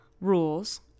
rules